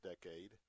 decade